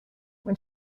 when